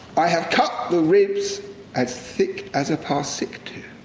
i have cut the ribs as thick as a parskitu.